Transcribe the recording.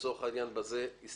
בזה הסתיים.